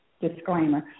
disclaimer